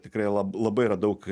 tikrai lab labai yra daug